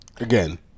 Again